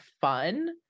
fun